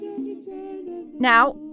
Now